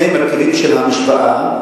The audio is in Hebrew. מרכיבים של המשוואה.